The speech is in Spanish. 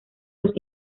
los